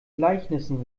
gleichnissen